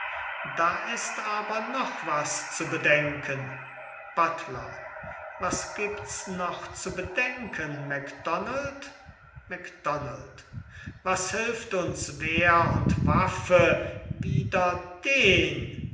da ist aber noch was zu bedenken buttler was gibts noch zu bedenken macdonald macdonald was hilft uns wehr und waffe wider den